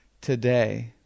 today